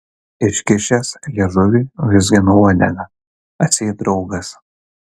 iškišęs liežuvį vizgino uodegą atseit draugas